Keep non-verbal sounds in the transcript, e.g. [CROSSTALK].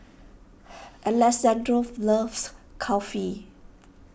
[NOISE] Alessandro loves Kulfi